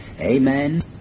Amen